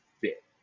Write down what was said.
fit